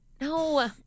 No